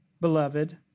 beloved